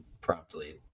promptly